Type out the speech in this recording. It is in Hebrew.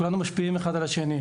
ושכולנו משפיעים אחד על השני.